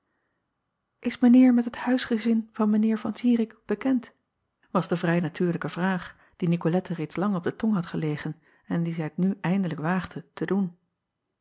s mijn eer met het huisgezin van mijn eer an irik bekend was de vrij natuurlijke vraag die icolette reeds lang op de tong had gelegen en die zij t nu eindelijk waagde te doen